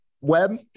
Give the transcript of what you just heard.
web